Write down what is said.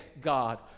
God